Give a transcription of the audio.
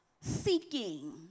seeking